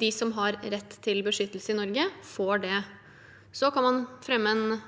De som har rett til beskyttelse i Norge, får det. Så kan man fremme en